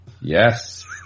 yes